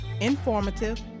informative